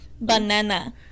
banana